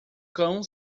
cão